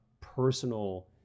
personal